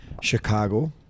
Chicago